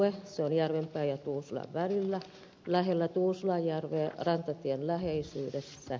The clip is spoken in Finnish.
se on järvenpään ja tuusulan välillä lähellä tuusulanjärveä rantatien läheisyydessä